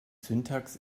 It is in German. syntax